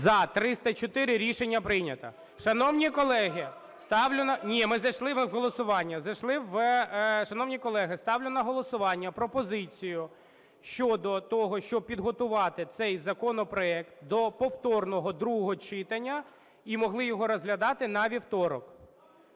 в голосування… Зайшли в… Шановні колеги, ставлю на голосування пропозицію щодо того, щоб підготувати цей законопроект до повторного другого читанні і могли його розглядати на вівторок.